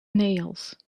nails